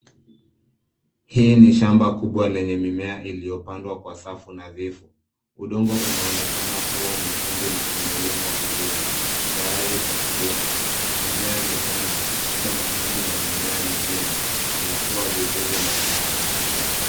Hii ni shamba kubwa lenye mimea, iliyopandwa kwenye safu nadhifu. Udongo unaonekana kuwa mwekundu na umelimwa vizuri, tayari kwa kilimo. Mimea michanga labda mahindi na mimea mingine, inakuwa vizuri na ina afya.